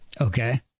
Okay